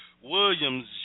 Williams